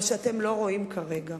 מה שאתם לא רואים כרגע.